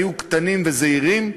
הם היו קטנים וזעירים,